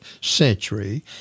century